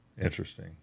Interesting